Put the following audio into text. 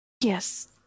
Yes